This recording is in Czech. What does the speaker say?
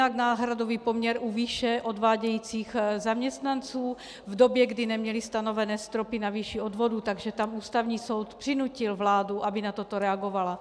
Jednak náhradový poměr u výše odvádějících zaměstnanců v době, kdy neměli stanovené stropy na výši odvodů, takže tam Ústavní soud přinutil vládu, aby na to reagovala.